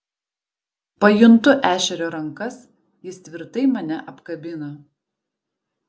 pajuntu ešerio rankas jis tvirtai mane apkabina